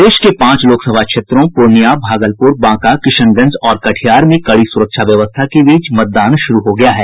प्रदेश के पांच लोकसभा क्षेत्रों पूर्णिया भागलपुर बांका किशनगंज और कटिहार में कड़ी सुरक्षा व्यवस्था के बीच मतदान शुरू हो गया है